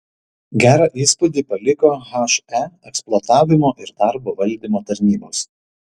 gerą įspūdį paliko he eksploatavimo ir darbo valdymo tarnybos